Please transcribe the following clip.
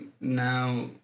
now